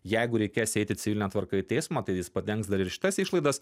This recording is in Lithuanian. jeigu reikės eiti civiline tvarka į teismą tai jis padengs dar ir šitas išlaidas